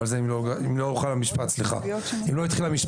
סליחה, זה אם לא התחיל המשפט.